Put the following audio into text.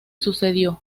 sucedió